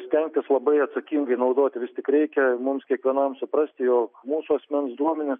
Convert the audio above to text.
stengtis labai atsakingai naudoti vis tik reikia mums kiekvienam suprasti jog mūsų asmens duomenys